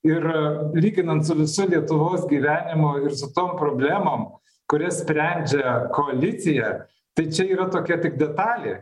ir lyginant su visu lietuvos gyvenimu ir su tom problemom kurias sprendžia koalicija tai čia yra tokia tik detalė